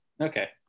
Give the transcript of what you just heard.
Okay